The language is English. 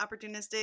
opportunistic